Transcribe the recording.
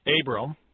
Abram